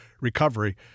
recovery